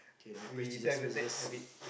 okay I praise Jesus praise Jesus